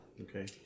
Okay